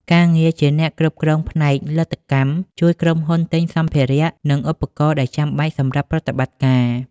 ការងារជាអ្នកគ្រប់គ្រងផ្នែកលទ្ធកម្ម ជួយក្រុមហ៊ុនទិញសម្ភារៈ និងឧបករណ៍ដែលចាំបាច់សម្រាប់ប្រតិបត្តិការ។